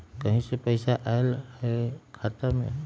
कहीं से पैसा आएल हैं खाता में?